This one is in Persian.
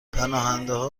پناهندهها